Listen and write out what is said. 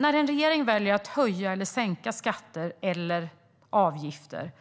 När en regering väljer att höja eller sänka skatter eller avgifter